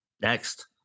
next